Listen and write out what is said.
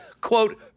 quote